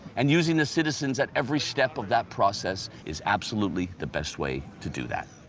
and using the citizens at every step of that process is absolutely the best way to do that.